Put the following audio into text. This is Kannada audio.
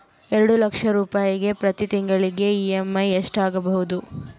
ಎರಡು ಲಕ್ಷ ರೂಪಾಯಿಗೆ ಪ್ರತಿ ತಿಂಗಳಿಗೆ ಇ.ಎಮ್.ಐ ಎಷ್ಟಾಗಬಹುದು?